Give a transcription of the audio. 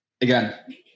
again